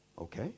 Okay